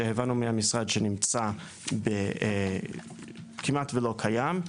והבנו מהמשרד שנמצא שהוא כמעט ולא קיים,